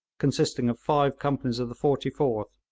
consisting of five companies of the forty fourth,